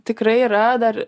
tikrai yra dar